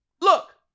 Look